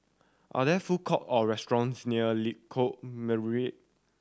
are there food court or restaurants near Lengkok Merak